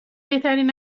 بهترین